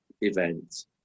event